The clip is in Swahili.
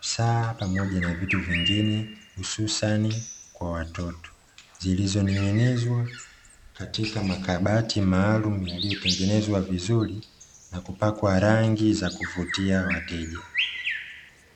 saa, pamoja na vitu vingine hususani kwa watoto, zilizoning'inizwa katika makabati maalumu yaliyotengenezwa vizuri, na kupakwa rangi za kuvutia wateja.